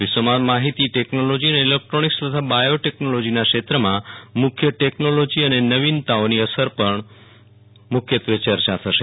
વિશ્વમાં માહિતી ટેકનોલોજી અને ઇલેકટ્રોનિકસ તથા બાયોટેકનોલોજીના ક્ષેત્રમાં મુખ્ય ટેકનોલોજી અને નવીનતાઓની અસર પર પણ મુખ્યત્વે ચર્ચા થશે